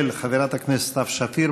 של חברת הכנסת סתיו שפיר.